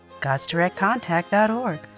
godsdirectcontact.org